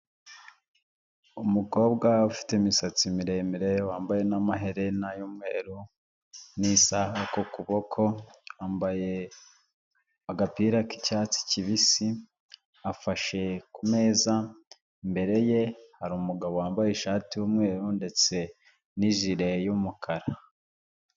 Umukobwa ufite imisatsi miremire wambaye n'amaherena y'umweru n'isaha ku kuboko, yambaye agapira k'icyatsi kibisi, afashe ku meza, imbere ye hari umugabo wambaye ishati y'umweru ndetse n'ijire y'umukara.